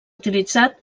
utilitzat